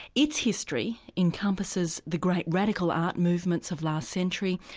its history encompasses the great radical art movements of last century,